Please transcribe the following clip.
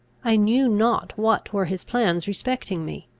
i knew not what were his plans respecting me.